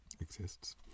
exists